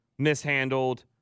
Mishandled